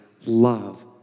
love